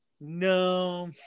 no